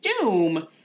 Doom